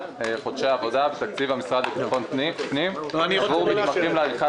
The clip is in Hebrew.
חודשי עבודה בתקציב המשרד לביטחון פנים עבור מתמחים לעריכת